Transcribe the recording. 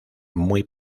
muy